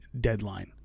deadline